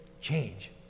change